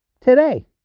today